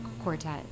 quartet